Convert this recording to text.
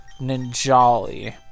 ninjali